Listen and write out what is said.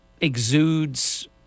exudes